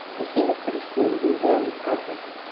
the sea was pretty smooth and barely tired us.